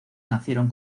nacieron